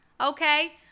okay